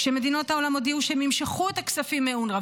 כשמדינות העולם הודיעו שהן ימשכו את הכספים מאונר"א,